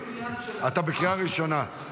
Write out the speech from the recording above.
אתה בקריאה ראשונה.